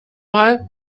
mal